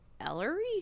Ellery